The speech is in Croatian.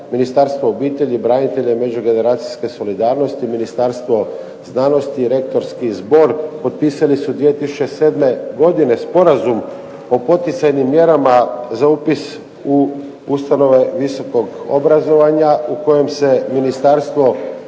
Ministarstvo obitelji, branitelja i međugeneracijske solidarnosti, Ministarstvo znanost, rektorski zbor potpisali su 2007. godine sporazum o poticajnim mjerama za upis u ustanove visokog obrazovanja u kojim se ministarstvo